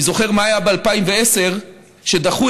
אני זוכר מה היה ב-2010,